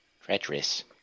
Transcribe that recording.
treacherous